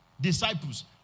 disciples